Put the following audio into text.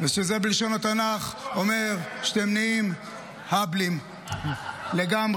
שזה בלשון התנ"ך אומר שאתם נהיים אהבלים לגמרי,